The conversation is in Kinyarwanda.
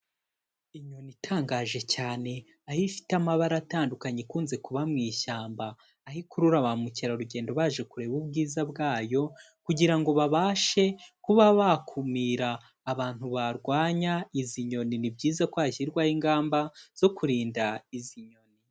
Inyoni itangaje cyane, aho ifite amabara atandukanye ikunze kuba mu ishyamba, aho ikurura ba mukerarugendo baje kureba ubwiza bwayo, kugira ngo babashe kuba bakumira, abantu barwanya izi nyoni, ni byiza ko hashyirwaho ingamba zo kurinda izi nyoni.